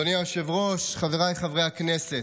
אדוני היושב-ראש, חבריי חברי הכנסת,